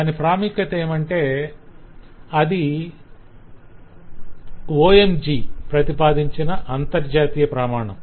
దాని ప్రాముఖ్యతేమంటే అది OMG ప్రతిపాదించిన అంతర్జాతీయ ప్రమాణం